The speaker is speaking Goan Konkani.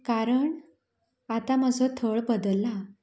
कारण आतां म्हजो थळ बदल्ला